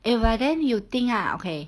if by then you think ah okay